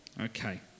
okay